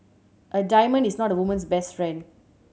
a diamond is not a woman's best friend